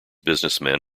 businessmen